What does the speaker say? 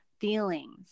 feelings